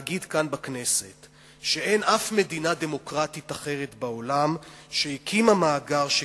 להגיד כאן בכנסת שאין אף מדינה דמוקרטית אחרת בעולם שהקימה מאגר שכזה.